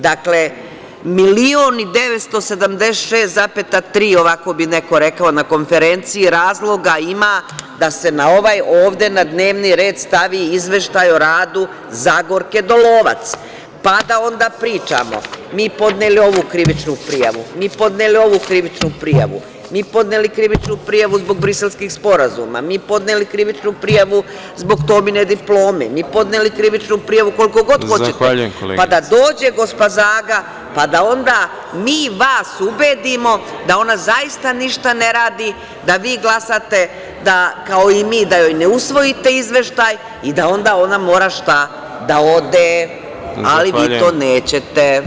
Dakle, milion i 976,3, ovako bi neko rekao na konferenciji, razloga ima da se na ovaj ovde dnevni red stavi Izveštaj o radu Zagorke Dolovac, pa da onda pričamo - mi podneli ovu krivičnu prijavu, mi podneli ovu krivičnu prijavu, mi podneli krivičnu prijavu zbog briselskih sporazuma, mi podneli krivičnu prijavu zbog Tomine diplome, mi podneli krivičnu prijavu koliko god hoćete, pa da dođe gospa Zaga, pa da onda mi vas ubedimo da ona zaista ništa ne radi, da vi glasaste, kao i mi, da joj ne usvojite izveštaj i da onda mora da ode, ali vi to nećete.